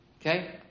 Okay